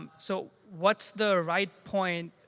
um so what's the right point,